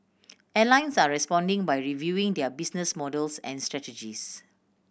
airlines are responding by reviewing their business models and strategies